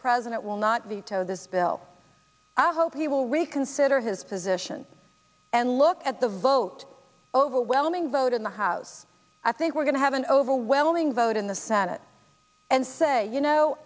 president will not veto this bill i hope he will reconsider his position and look at the vote overwhelming vote in the house i think we're going to have an overwhelming vote in the senate and say you know